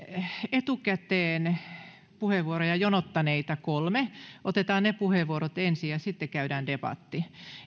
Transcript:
etukäteen puheenvuoroja jonottaneita kolme otetaan ne puheenvuorot ensin ja käydään sitten debatti